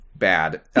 bad